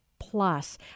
Plus